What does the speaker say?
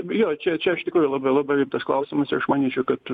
jo čia čia iš tikrųjų labiau labai tas klausimas aš manyčiau kad